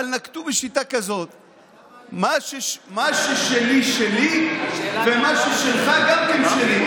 אבל נקטו שיטה כזאת: מה ששלי שלי ומה ששלך גם כן שלי.